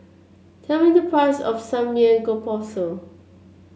tell me the price of Samgeyopsal